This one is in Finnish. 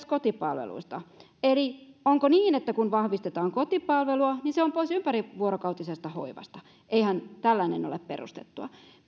kotipalveluista eli onko niin että kun vahvistetaan kotipalvelua niin se on pois ympärivuorokautisesta hoivasta eihän tällainen ole perusteltua